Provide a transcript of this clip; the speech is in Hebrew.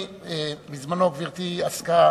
בזמנו גברתי עסקה